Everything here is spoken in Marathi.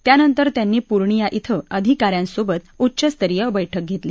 त्यानंतर त्यांनी पूर्णिया अधिकाऱ्यांसोबत उच्चस्तरीय बैठक घेतली